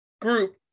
group